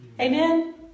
Amen